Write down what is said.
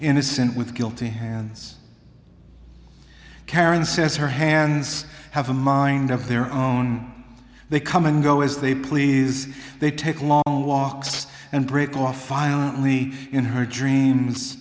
innocent with guilty hands karen says her hands have a mind of their own they come and go as they please they take long walks and break off violently in her dreams